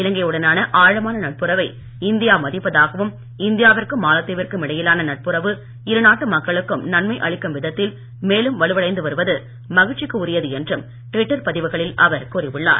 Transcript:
இலங்கை உடனான ஆழமான நட்புறவை இந்தியா மதிப்பதாகவும் இந்தியாவிற்கும் மாலத்தீவிற்கும் இடையிலான நட்புறவு இருநாட்டு மக்களுக்கும் நன்மை அளிக்கும் விதத்தில் மேலும் வலுவடைந்து வருவதுமகிழ்ச்சிக்கு உரியது என்றும் ட்விட்டர் பதிவுகளில் அவர் கூறியுள்ளார்